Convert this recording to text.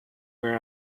were